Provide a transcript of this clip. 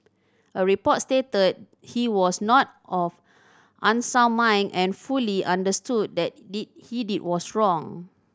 a report stated he was not of unsound mind and fully understood that he did was wrong